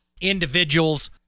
individuals